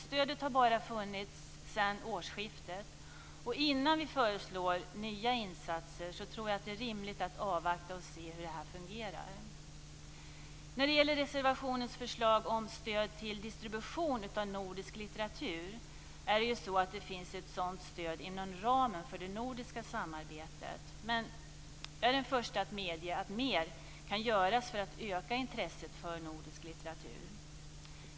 Stödet har bara funnits sedan årsskiftet, och innan vi föreslår nya insatser är det rimligt att avvakta och se hur det fungerar. När det gäller förslaget i reservationen om stöd till distribution av nordisk litteratur finns det ett sådant stöd inom ramen för det nordiska samarbetet. Men jag är den första att medge att mer kan göras för att öka intresset för nordisk litteratur.